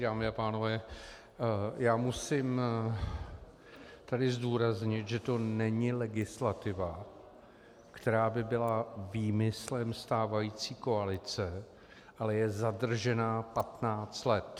Dámy a pánové, já tady musím zdůraznit, že to není legislativa, která by byla výmyslem stávající koalice, ale je zadržená 15 let.